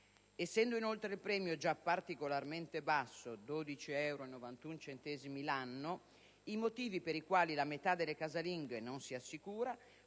Essendo inoltre il premio già particolarmente basso (12,91 euro l'anno), i motivi per i quali la metà delle casalinghe non si assicura possono